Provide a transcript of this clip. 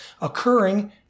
occurring